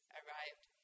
arrived